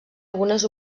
algunes